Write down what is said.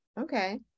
Okay